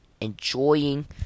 enjoying